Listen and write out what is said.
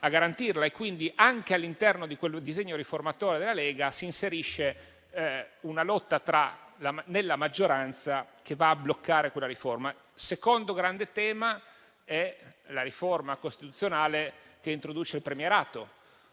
Quindi, anche all'interno del disegno riformatore della Lega, si inserisce una lotta nella maggioranza che va a bloccare quella riforma. Il secondo grande tema è la riforma costituzionale che introduce il premierato.